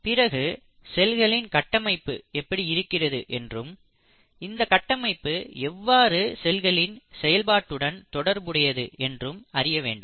பிறகு செல்களின் கட்டமைப்பு எப்படி இருக்கிறது என்றும் இந்த கட்டமைப்பு எவ்வாறு செல்களின் செயல்பாட்டுடன் தொடர்புடையது என்றும் அறிய வேண்டும்